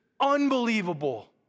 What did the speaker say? unbelievable